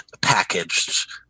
packaged